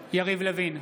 בהצבעה יריב לוין,